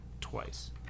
twice